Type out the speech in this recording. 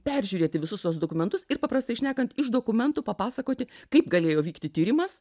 peržiūrėti visus tuos dokumentus ir paprastai šnekant iš dokumentų papasakoti kaip galėjo vykti tyrimas